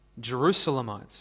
Jerusalemites